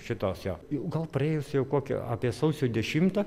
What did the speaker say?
šitos jo gal praėjus jau kokią apie sausio dešimtą